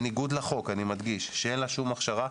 בניגוד לחוק, שאין לה שום הכשרה,